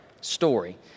story